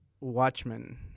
Watchmen